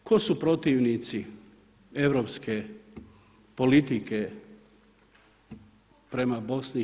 Tko su protivnici Europske politike prema BiH?